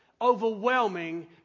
overwhelming